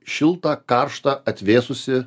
šiltą karštą atvėsusį